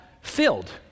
filled